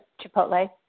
Chipotle